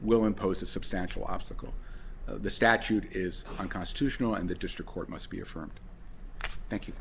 will impose a substantial obstacle the statute is unconstitutional and the district court must be affirmed thank you